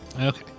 Okay